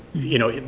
you know,